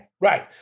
right